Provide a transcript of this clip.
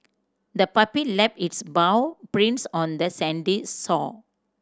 the puppy left its paw prints on the sandy sore